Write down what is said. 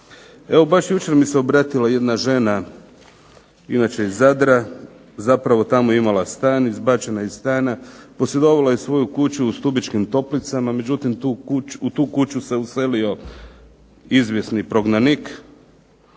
Evo baš jučer mi se obratila jedna žena inače iz Zadra, zapravo tamo je imala stan, izbačena iz stana, posjedovala je svoju kuću u Stubičkim Toplicama, međutim u tu kuću se uselio izvjesni prognanik.